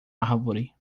árvore